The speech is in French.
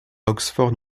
oxford